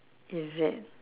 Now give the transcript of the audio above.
is it